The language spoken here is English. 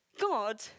God